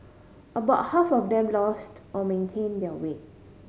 about half of them lost or maintain their weight